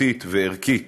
איכותית וערכית,